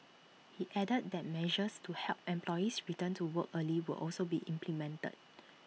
he added that measures to help employees return to work earlier will also be implemented